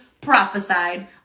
prophesied